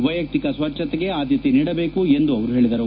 ವೈಯಕ್ತಿಕ ಸ್ವಚ್ದತೆಗೆ ಆದ್ದತೆ ನೀಡಬೇಕು ಎಂದು ಅವರು ಹೇಳಿದರು